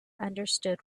understood